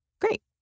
great